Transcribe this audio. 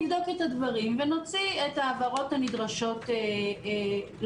נבדוק את הדברים ונוציא את ההבהרות הנדרשות לשטח.